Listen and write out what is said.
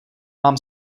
mám